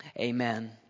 Amen